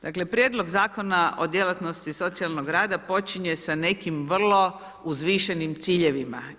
Dakle Prijedlog zakona o djelatnosti socijalnog rada počinje sa nekim vrlo uzvišenim ciljevima.